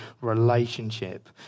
relationship